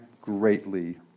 greatly